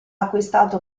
acquistato